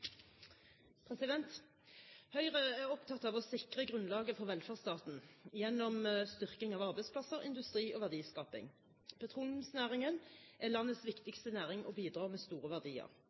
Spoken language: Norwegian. er. Høyre er opptatt av å sikre grunnlaget for velferdsstaten gjennom styrking av arbeidsplasser, industri og verdiskaping. Petroleumsnæringen er landets viktigste næring og bidrar med store verdier.